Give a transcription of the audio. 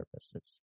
services